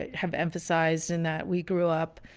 ah have emphasized in that we grew up,